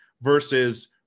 versus